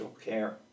care